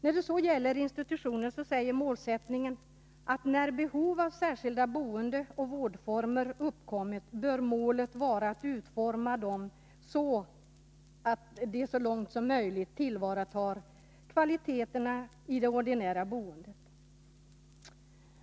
När det gäller institutioner säger målsättningen att när behov av särskilda boendeoch vårdformer har uppkommit, målet bör vara att utforma dem så att, de så långt som möjligt tillvaratar kvaliteterna i det ordinära boendet.